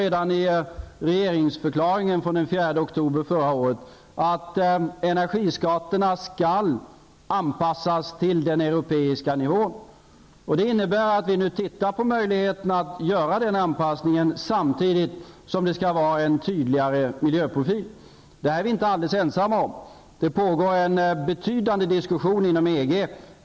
Redan i regeringsförklaringen från den 4 oktober förra året står det att energiskatterna skall anpassas till den europeiska nivån. Det innebär att vi nu tittar på möjligheterna att genomföra den anpassningen samtidigt som vi skall ha en tydligare miljöprofil. Det här är vi inte alldeles ensamma om. Det pågår en betydande diskussion inom EG.